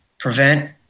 Prevent